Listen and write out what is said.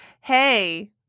hey